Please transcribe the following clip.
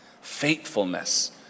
faithfulness